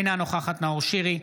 אינה נוכחת נאור שירי,